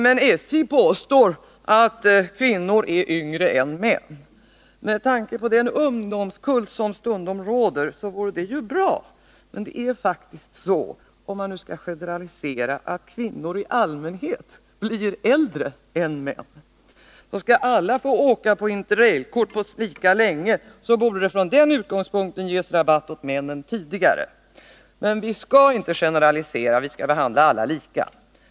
Men SJ påstår att kvinnor är yngre än män. Med tanke på den ungdomskult som stundom råder vore det ju bra om det var så, men det är faktiskt, om man nu skall generalisera, så att kvinnor i allmänhet blir äldre än män. Om alla skall få åka på Inter-Rail-kort lika länge borde det alltså från den utgångspunkten ges rabatt åt männen tidigare. Men vi skall inte generalisera. Vi skall behandla alla människor lika.